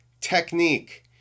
Technique